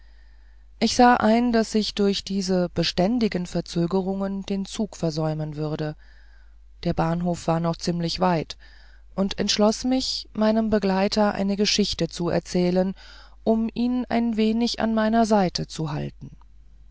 ich sah ein daß ich durch diese beständigen verzögerungen den zug versäumen würde der bahnhof war noch ziemlich weit und entschloß mich meinem begleiter eine geschichte zu erzählen um ihn ein wenig an meiner seite zu halten